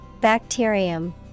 Bacterium